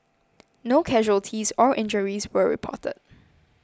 no casualties or injuries were reported